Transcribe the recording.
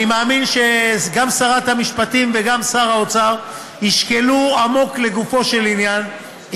אני מאמין שגם שרת המשפטים וגם שר האוצר ישקלו עמוק לגופו של עניין,